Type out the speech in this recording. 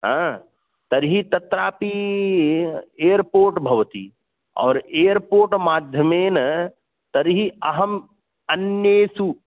हा तर्हि तत्रापि एर्पोर्ट् भवति ओर् एर्पोट् माध्यमेन तर्हि अहम् अन्येषु